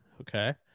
Okay